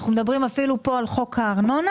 אנחנו מדברים כאן אפילו על חוק הארנונה